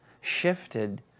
shifted